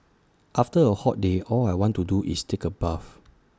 after A hot day all I want to do is take A bath